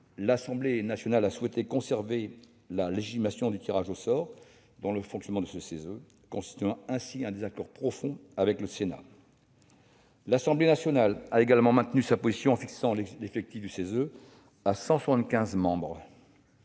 l'Assemblée nationale a souhaité conserver la légitimation du tirage au sort dans le fonctionnement du CESE, actant ainsi un désaccord profond avec le Sénat. L'Assemblée nationale a également maintenu sa position en fixant l'effectif du CESE à 175 membres.